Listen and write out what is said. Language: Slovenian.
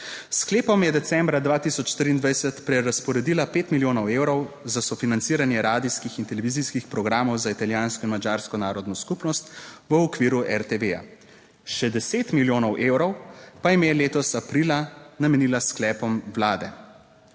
sklepom je decembra 2023 prerazporedila 5 milijonov evrov za sofinanciranje radijskih in televizijskih programov za italijansko in madžarsko narodno skupnost v okviru RTV. Še 10 milijonov evrov pa jim je letos aprila namenila sklepom vlade.